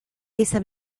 esa